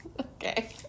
Okay